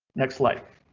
next life.